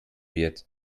wird